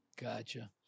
Gotcha